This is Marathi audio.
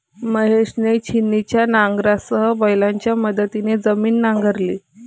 महेशने छिन्नीच्या नांगरासह बैलांच्या मदतीने जमीन नांगरली